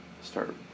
start